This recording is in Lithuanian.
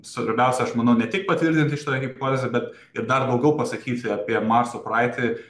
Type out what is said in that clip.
svarbiausia aš manau ne tik patvirtinti šitą hipotezę bet ir dar daugiau pasakyti apie marso praeitį